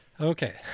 okay